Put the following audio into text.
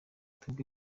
twebwe